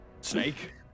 Snake